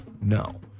No